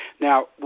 Now